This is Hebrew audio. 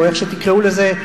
או איך שתקראו לזה,